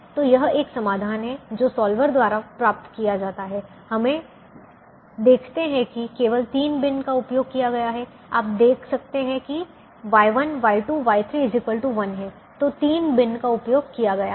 तो यह एक समाधान है जो सॉल्वर द्वारा प्राप्त किया जाता है हमे देखते है कि केवल 3 बिन का उपयोग किया गया है आप देख सकते हैं कि Y1 Y2 Y3 1 है तो तीन बिन का उपयोग किया गया है